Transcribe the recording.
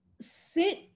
sit